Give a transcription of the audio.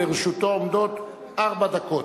לרשותו עומדות ארבע דקות.